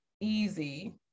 easy